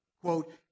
Quote